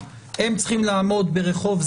הם עובדים על זה